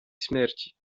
śmierci